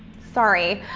sorry,